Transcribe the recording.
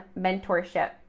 mentorship